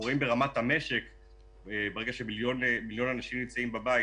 רואים ברמת המשק שברגע שמיליון אנשים נמצאים בבית